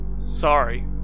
sorry